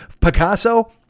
picasso